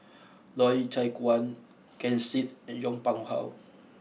Loy Chye Chuan Ken Seet and Yong Pung How